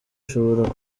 ushobora